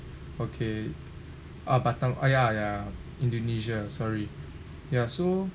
okay ah batam ya ya indonesia sorry ya so